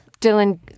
Dylan